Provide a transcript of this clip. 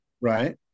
right